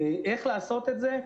איך לעשות את זה?